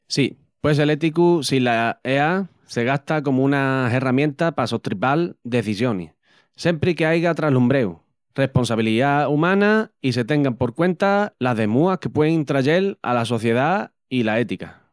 Si, pué sel éticu si la EA se gasta comu una herramienta pa sostribal dezisionis, sempri que aiga traslumbreu, responsabiliá umana i se tengan por cuenta las demúas que puein trayel ala sociedá i la ética.